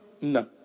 No